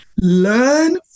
learn